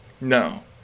No